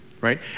right